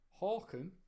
Hawken